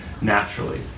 naturally